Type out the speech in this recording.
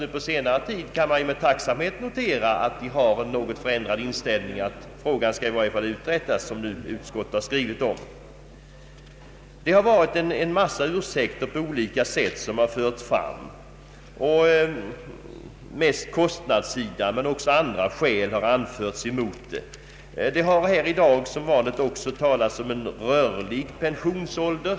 Först på senare tid har vi med tacksamhet kunnat notera att inställningen förändrats och att frågan nu åtminstone skall utredas. Många olika ursäkter har förts fram. Främst kostnaderna men också andra skäl har anförts mot reformen. Det har i dag som vanligt talats om rörlig pensionsålder.